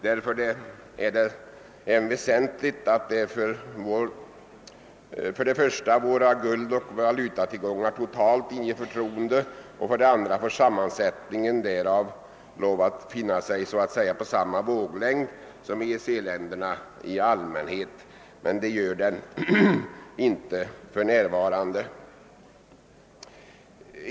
Därför är det väsentligt för det första att våra guldoch valutatillgångar totalt inger förtroende, för det andra att sammansättningen därav så att säga befinner sig på samma våglängd som i EEC-länderna i allmänhet. Det gör den inte för närvarande.